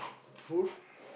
food